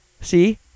See